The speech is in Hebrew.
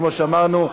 כמו שאמרנו,